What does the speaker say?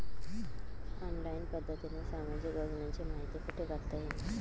Online पद्धतीने सामाजिक योजनांची माहिती कुठे बघता येईल?